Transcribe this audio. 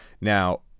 Now